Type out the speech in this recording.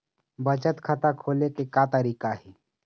बचत खाता खोले के का तरीका हे?